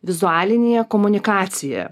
vizualinėje komunikacijoje